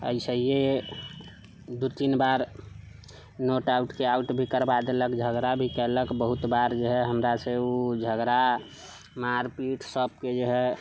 अइसेहे दू तीन बार नॉट आउटके आउट भी करबा देलक झगड़ा भी कयलक बहुत बार जे है हमरासँ उ झगड़ा मारिपीट सभके जे है